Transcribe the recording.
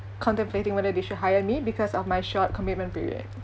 contemplating whether they should hire me because of my short commitment period